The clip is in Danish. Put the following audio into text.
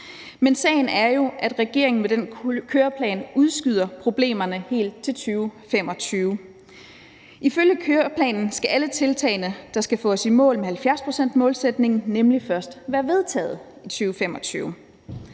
Men sagen er jo, at regeringen med den køreplan udskyder problemerne helt til 2025. Ifølge køreplanen skal alle tiltagene, der skal få os i mål med 70-procentsmålsætningen, nemlig først være vedtaget i 2025.